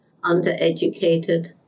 undereducated